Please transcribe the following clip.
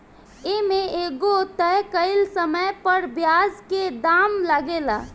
ए में एगो तय कइल समय पर ब्याज के दाम लागेला